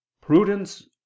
prudence